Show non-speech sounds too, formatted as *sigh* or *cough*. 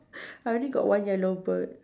*laughs* I only got one yellow bird